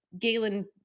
Galen